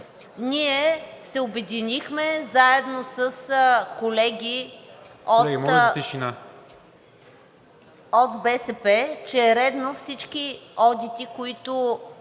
ние се обединихме заедно с колеги от БСП, че е редно всички одити, които